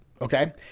okay